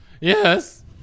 Yes